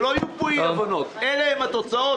שלא יהיו פה אי-הבנות אלה הן התוצאות.